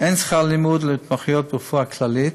אין שכר לימוד להתמחויות ברפואה כללית.